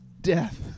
death